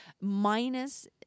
minus